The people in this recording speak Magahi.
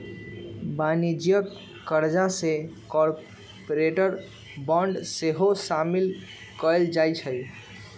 वाणिज्यिक करजा में कॉरपोरेट बॉन्ड सेहो सामिल कएल जाइ छइ